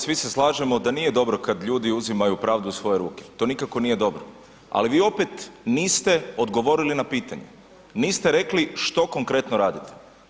Svi se slažemo da nije dobro kada ljudi uzimaju pravdu u svoje ruke, to nikako nije dobro, ali vi opet niste odgovorili na pitanje, niste rekli što konkretno radite.